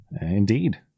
indeed